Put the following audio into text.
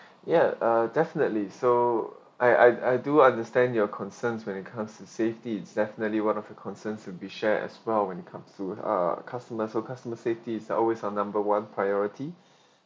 ya uh definitely so I I I do understand your concerns when it comes to safety it's definitely one of the concerns will be share as well when it comes to uh customer so customer safety is always our number one priority